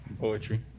Poetry